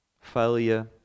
Failure